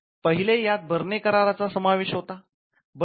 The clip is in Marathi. पहिले यात बर्ने कराराचा समावेश होतो